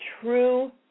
true